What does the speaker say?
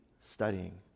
studying